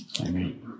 Amen